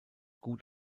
gut